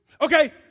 Okay